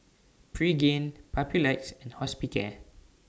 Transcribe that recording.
Pregain Papulex and Hospicare